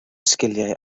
sgiliau